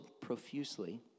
profusely